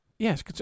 Yes